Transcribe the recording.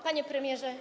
Panie Premierze!